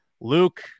Luke